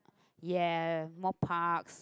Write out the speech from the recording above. ya more parks